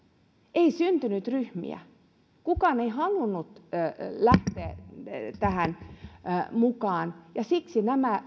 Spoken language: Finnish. ei syntynyt ryhmiä kukaan ei halunnut lähteä tähän mukaan ja siksi nämä